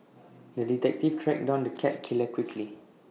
the detective tracked down the cat killer quickly